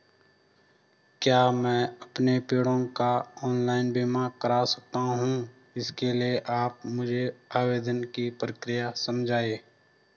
क्या मैं अपने पेड़ों का ऑनलाइन बीमा करा सकता हूँ इसके लिए आप मुझे आवेदन की प्रक्रिया समझाइए?